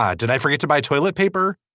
ah did i forget to buy toilet paper.